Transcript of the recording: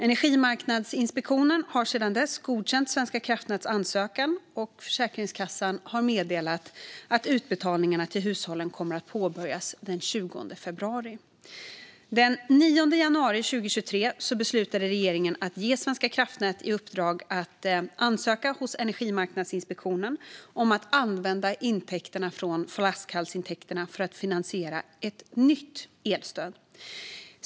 Energimarknadsinspektionen har sedan dess godkänt Svenska kraftnäts ansökan, och Försäkringskassan har meddelat att utbetalningarna till hushållen kommer att påbörjas den 20 februari. Den 9 januari 2023 beslutade regeringen att ge Svenska kraftnät i uppdrag att ansöka hos Energimarknadsinspektionen om att använda flaskhalsintäkterna för att finansiera ett nytt elstöd.